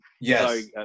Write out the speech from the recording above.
Yes